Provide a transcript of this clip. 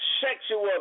sexual